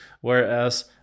Whereas